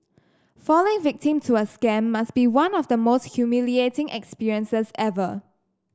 falling victim to a scam must be one of the most humiliating experiences ever